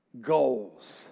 goals